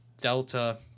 Delta